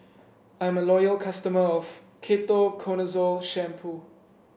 I'm a loyal customer of Ketoconazole Shampoo